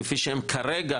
כפי שהן כרגע,